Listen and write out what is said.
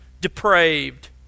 depraved